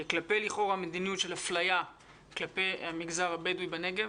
כלפי לכאורה מדיניות של אפליה כלפי המגזר הבדואי בנגב.